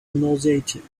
nauseating